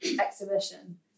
exhibition